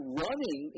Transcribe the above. running